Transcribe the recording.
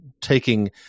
taking